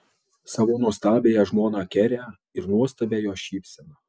savo nuostabiąją žmoną kerę ir nuostabią jos šypseną